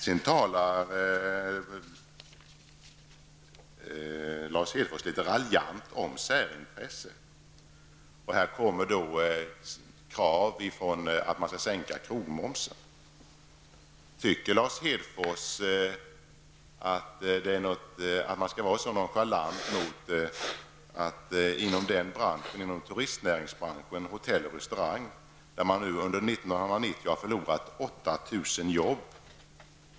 Sedan talade Lars Hedfors litet raljant om särintressen, och han nämnde krav på att sänka krogmomsen. Tycker Lars Hedfors att man skall vara så nonchalant mot turistnäringen och hotelloch restaurangbranschen, som under 1990 har förlorat 8 000 jobb?